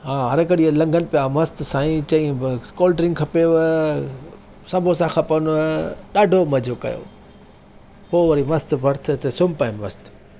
हा घड़ीअ लंघनि पिया मस्तु साईं चई कोल्ड ड्रिंक खपेव समोसा खपनि ॾाढो मज़ो कयो पोइ वरी मस्तु बर्थ ते सुम्ही पियमि मस्तु